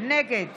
נגד